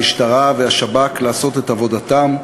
למשטרה ולשב"כ לעשות את עבודתם,